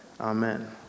Amen